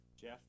Jeff